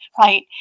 right